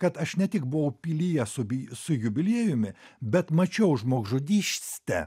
kad aš ne tik buvau pilyje su bį su jubiliejumi bet mačiau žmogžudyšstę